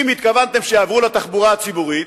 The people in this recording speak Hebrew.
אם התכוונתם שיעברו לתחבורה הציבורית,